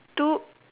two